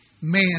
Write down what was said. Man